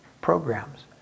programs